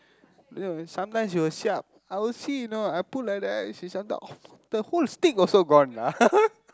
no sometimes you will siap I'll see you know I put like that then sometimes she's the whole stick also gone lah